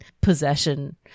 possession